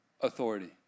authority